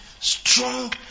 Strong